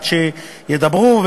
עד שידברו,